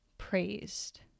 praised